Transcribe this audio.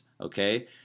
okay